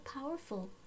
powerful